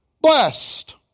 blessed